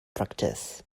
practice